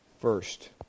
first